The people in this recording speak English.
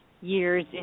years